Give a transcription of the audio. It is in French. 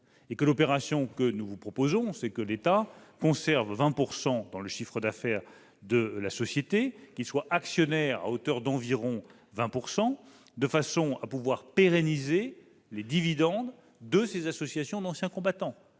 jeux. L'opération que nous vous proposons consiste à permettre à l'État de conserver 20 % dans le chiffre d'affaires de la société. Il serait actionnaire à hauteur d'environ 20 %, de façon à pouvoir pérenniser les dividendes de ces associations d'anciens combattants.